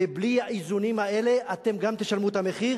ובלי האיזונים האלה אתם גם תשלמו את המחיר,